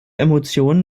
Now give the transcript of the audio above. emotionen